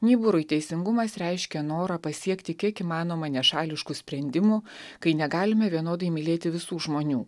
nyburui teisingumas reiškia norą pasiekti kiek įmanoma nešališkų sprendimų kai negalime vienodai mylėti visų žmonių